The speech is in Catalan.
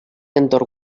entorn